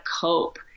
cope